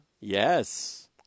Yes